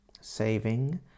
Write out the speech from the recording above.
saving